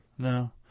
No